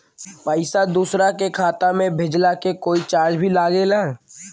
पैसा दोसरा के खाता मे भेजला के कोई चार्ज भी लागेला?